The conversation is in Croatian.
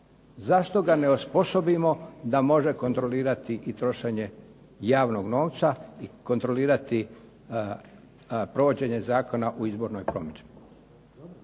Zašto ga ne osposobimo da može kontrolirati i trošenje javnog novca i kontrolirati provođenje zakona u izbornoj promidžbi.